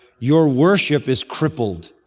your worship is crippled.